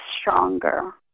stronger